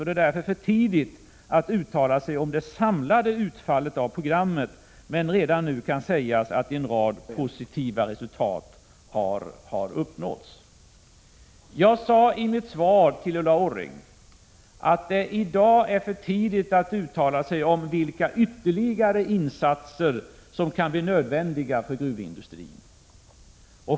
Det är därför för tidigt att uttala sig om det samlade utfallet av programmet, men redan nu kan sägas att en rad positiva resultat har uppnåtts. Jag sade i mitt svar till Ulla Orring att det i dag är för tidigt att uttala sig om vilka ytterligare insatser som kan bli nödvändiga för gruvindustrin.